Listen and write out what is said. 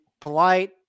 polite